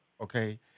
okay